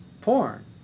porn